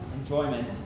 enjoyment